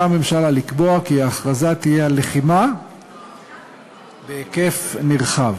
הממשלה לקבוע כי ההכרזה תהיה על "לחימה בהיקף נרחב",